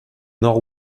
nord